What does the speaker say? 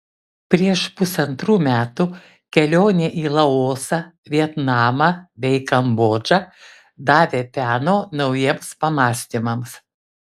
prieš pusantrų metų kelionė į laosą vietnamą bei kambodžą davė peno naujiems pamąstymams